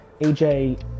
AJ